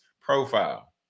profile